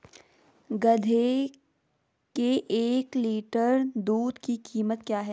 गधे के एक लीटर दूध की कीमत क्या है?